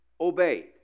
obeyed